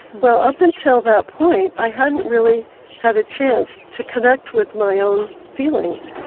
well, up until that point i hadn't really had a chance to connect with my own feelings,